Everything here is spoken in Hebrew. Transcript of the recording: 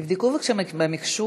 בבקשה, גברתי.